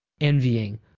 envying